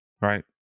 right